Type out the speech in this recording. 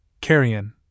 Carrion